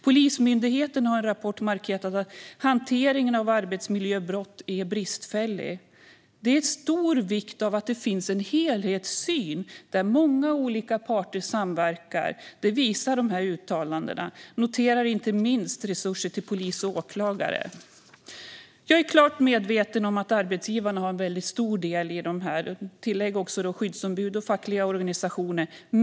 Polismyndigheten har i en rapport markerat att hanteringen av arbetsmiljöbrott är bristfällig. Det är av stor vikt att det finns en helhetssyn där många olika parter samverkar. Det visar dessa uttalanden. Inte minst behövs också resurser till polis och åklagare. Jag är klart medveten om att arbetsgivarna har en väldigt stor del i detta, liksom skyddsombud och fackliga organisationer.